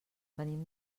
venim